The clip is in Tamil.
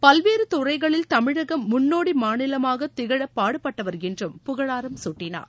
பல்வேறு துறைகளில் தமிழகம் முன்னோடி மாநிலமாக திகழ பாடுபட்டவர் என்றும் புகழாரம் சூட்டினார்